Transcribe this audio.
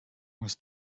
was